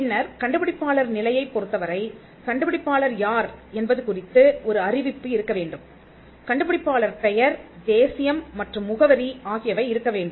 பின்னர் கண்டுபிடிப்பாளர் நிலையைப் பொறுத்தவரை கண்டுபிடிப்பாளர் யார் என்பது குறித்து ஒரு அறிவிப்பு இருக்கவேண்டும் கண்டுபிடிப்பாளர் பெயர் தேசியம் மற்றும் முகவரி ஆகியவை இருக்க வேண்டும்